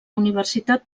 universitat